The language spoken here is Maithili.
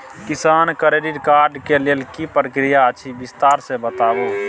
किसान क्रेडिट कार्ड के लेल की प्रक्रिया अछि विस्तार से बताबू?